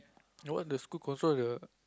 that one the school control the